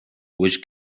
which